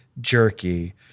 jerky